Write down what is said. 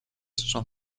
son